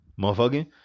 motherfucking